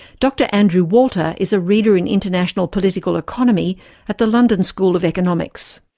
dr andrew walter is a reader in international political economy at the london school of economics.